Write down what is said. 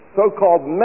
so-called